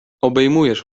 obejmujesz